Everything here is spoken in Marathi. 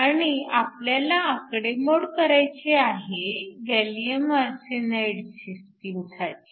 आणि आपल्याला आकडेमोड करायची आहे गॅलीअम आर्सेनाईड सिस्टीम साठी